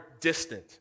distant